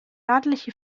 örtliche